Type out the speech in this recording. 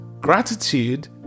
Gratitude